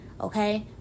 okay